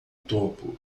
topo